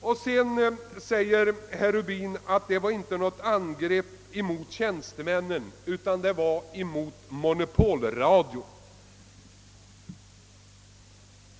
Herr Rubin säger att det inte var fråga om något angrepp från hans sida mot tjänstemännen i Sveriges Radic utan mot monopolradion.